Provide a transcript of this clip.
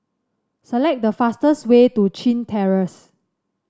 select the fastest way to Chin Terrace